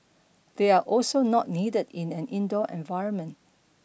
they are also not needed in an indoor environment